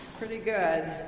pretty good.